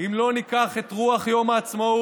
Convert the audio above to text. אם לא ניקח את רוח יום העצמאות